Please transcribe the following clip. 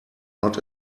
not